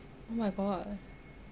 oh my god